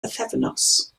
bythefnos